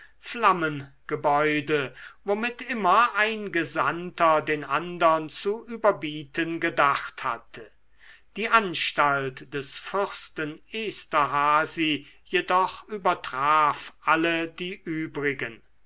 flammengebäude womit immer ein gesandter den andern zu überbieten gedacht hatte die anstalt des fürsten esterhazy jedoch übertraf alle die übrigen